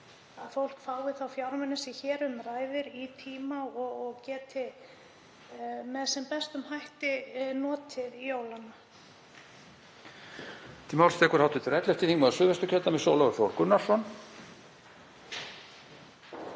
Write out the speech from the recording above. að fólk fái þá fjármuni sem hér um ræðir í tíma og geti sem best notið jólanna.